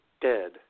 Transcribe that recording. dead